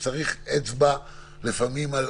הגענו לעמ' 3, לסעיף קטן (ב).